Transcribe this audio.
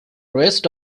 rest